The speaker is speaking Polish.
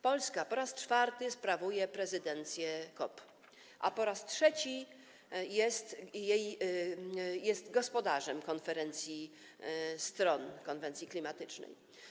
Polska po raz czwarty sprawuje prezydencję COP, a po raz trzeci jest gospodarzem konferencji stron konwencji klimatycznej.